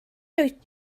wyt